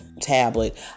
tablet